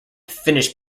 finish